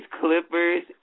Clippers